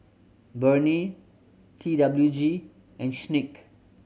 Burnie T W G and